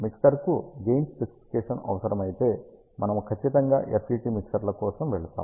మిక్సర్కు gain specification అవసరమైతే మనము ఖచ్చితంగా FET మిక్సర్ల కోసం వెళ్తాము